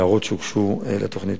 והערות שהוגשו לתוכנית.